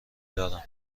دارم